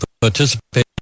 participate